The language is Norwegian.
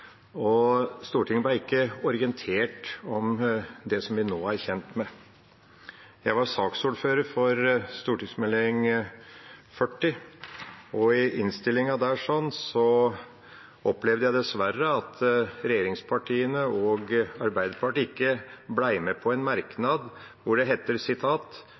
Stortinget ble ikke orientert om det vi nå er kjent med. Jeg var saksordfører for innstillingen til Meld. St. 40, og i den opplevde jeg dessverre at regjeringspartiene og Arbeiderpartiet ikke ble med på en merknad der det heter: